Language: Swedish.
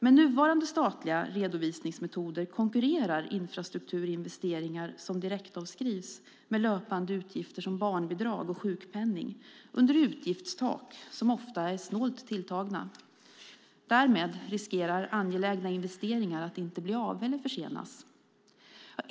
Med nuvarande statliga redovisningsmetoder konkurrerar infrastrukturinvesteringar som direktavskrivs med löpande utgifter som barnbidrag och sjukpenning under utgiftstak som ofta är snålt tilltagna. Därmed riskerar angelägna investeringar att inte bli av eller försenas.